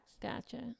Gotcha